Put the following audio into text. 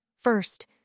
First